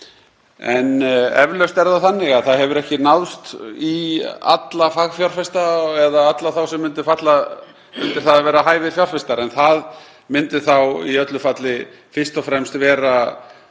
En eflaust er það þannig að það hefur ekki náðst í alla fagfjárfesta og/eða alla þá sem myndu falla undir það að vera hæfir fjárfestar. En það myndi þá í öllu falli fyrst og fremst vera